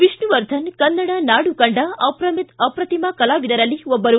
ವಿಷ್ಣುವರ್ಧನ್ ಕನ್ನಡ ನಾಡು ಕಂಡ ಅಫ್ರತಿಮ ಕಲಾವಿದರಲ್ಲಿ ಒಬ್ಬರು